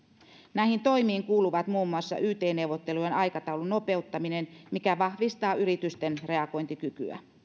näihin toimiin kuuluu muun muassa yt neuvottelujen aikataulun nopeuttaminen mikä vahvistaa yritysten reagointikykyä